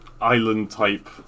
island-type